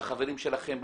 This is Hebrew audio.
לחברים שלכם,